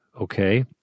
Okay